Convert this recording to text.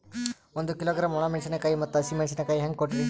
ಒಂದ ಕಿಲೋಗ್ರಾಂ, ಒಣ ಮೇಣಶೀಕಾಯಿ ಮತ್ತ ಹಸಿ ಮೇಣಶೀಕಾಯಿ ಹೆಂಗ ಕೊಟ್ರಿ?